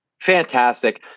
fantastic